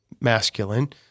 masculine